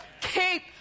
Keep